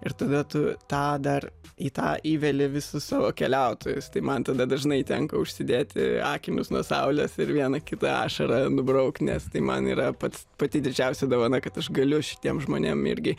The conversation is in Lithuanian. ir tada tu tą dar į tą įveli visus savo keliautojus tai man tada dažnai tenka užsidėti akinius nuo saulės ir vieną kitą ašarą nubraukti nes tai man yra pats pati didžiausia dovana kad aš galiu šitiem žmonėm irgi